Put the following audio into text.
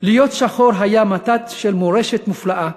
"להיות שחור היה מתת של מורשת מופלאה,